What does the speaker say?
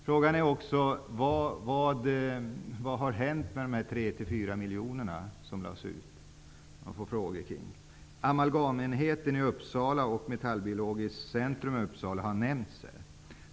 Frågan är också vad som har hänt med de 3--4 Uppsala och Metallbiologiskt centrum i Uppsala har nämnts här.